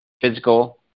physical